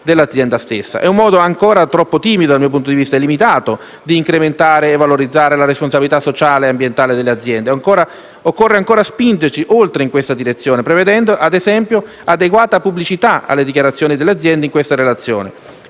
È un modo, ancora troppo timido e limitato dal mio punto di vista, di incrementare e valorizzare la responsabilità sociale e ambientale delle aziende. Occorre spingersi oltre in questa direzione prevedendo, ad esempio, adeguata pubblicità alle dichiarazioni delle aziende in questa relazione.